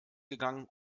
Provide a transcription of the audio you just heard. gegangen